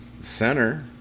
center